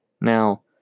Now